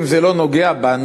אם זה לא נוגע בנו,